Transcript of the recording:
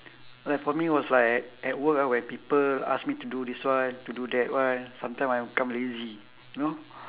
like for me was like at work ah when people ask me to do this one to do that one sometime I become lazy you know